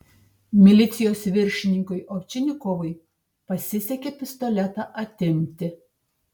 milicijos viršininkui ovčinikovui pasisekė pistoletą atimti